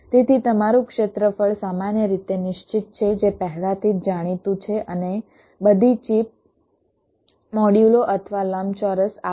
તેથી તમારું ક્ષેત્રફળ સામાન્ય રીતે નિશ્ચિત છે જે પહેલાથી જાણીતું છે અને બધી ચિપ Refer Time 1810 મોડ્યુલો અથવા લંબચોરસ આકાર